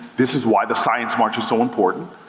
this is why the science march is so important.